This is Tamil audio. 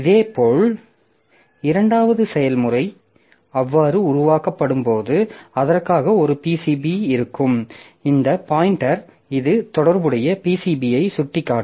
இதேபோல் இரண்டாவது செயல்முறை அவ்வாறு உருவாக்கப்படும்போது அதற்காக ஒரு PCB இருக்கும் இந்த பாய்ன்டெர் இது தொடர்புடைய PCBயை சுட்டிக்காட்டும்